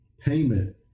payment